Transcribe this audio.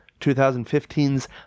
2015's